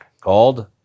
called